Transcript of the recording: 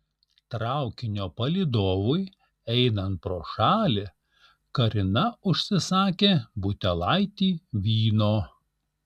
traukinio palydovui einant pro šalį karina užsisakė butelaitį vyno